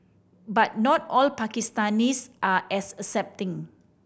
but not all Pakistanis are as accepting